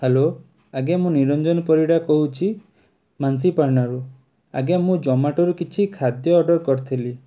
hello ଆଜ୍ଞା ମୁଁ ନିରଞ୍ଜନ ପରିଡ଼ା କହୁଛି ମାନସିପାନାରୁ ଆଜ୍ଞା ମୁଁ ଜମାଟୋରୁ କିଛି ଖାଦ୍ୟ ଅର୍ଡ଼ର କରିଥିଲି